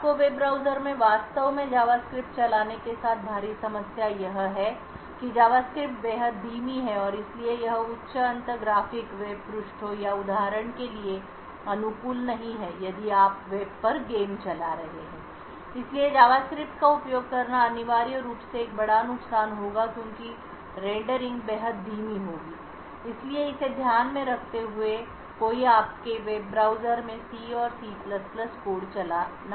आपके web browser में वास्तव में जावास्क्रिप्ट चलाने के साथ भारी समस्या यह है कि जावास्क्रिप्ट बेहद धीमी है और इसलिए यह उच्च अंत ग्राफिक वेब पृष्ठों या उदाहरण के लिए अनुकूल नहीं है यदि आप वेब पर गेम चला रहे हैं इसलिए जावास्क्रिप्ट का उपयोग करना अनिवार्य रूप से एक बड़ा नुकसान होगा क्योंकि रेंडरिंग बेहद धीमी होगी इसलिए इसे ध्यान में रखते हुए कोई आपके वेब ब्राउज़र में C और C कोड चलाना चाहेगा